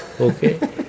Okay